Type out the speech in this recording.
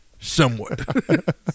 Somewhat